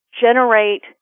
generate